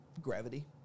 gravity